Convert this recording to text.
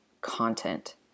content